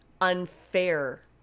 unfair